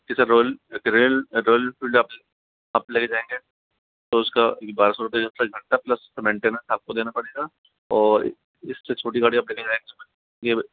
जी sir royal royal Enfield आप ले जायेंगे तो उसका बारह सौ रुपए रेंट का प्लस मैन्टाइनेन्स आपको देना पड़ेगा और इससे छोटी गाड़ी आप लेके जायेंगे